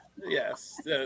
Yes